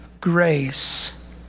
grace